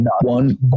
one